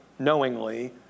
Knowingly